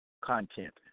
content